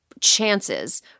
chances